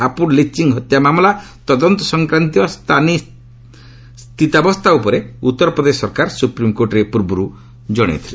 Hapur lynching ହତ୍ୟା ମାମଲା ତଦନ୍ତ ସଂକ୍ରାନ୍ତୀୟ ସାନି ସ୍ଥିତାବସ୍ଥା ଉପରେ ଉତ୍ତରପ୍ରଦେଶ ସରକାର ସୁପ୍ରିମକୋର୍ଟରେ ପୂର୍ବରୁ ଜଣାଇଥିଲେ